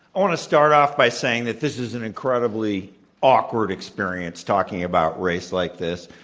i want to start off by saying that this is an incredibly awkward experience talking about race like this.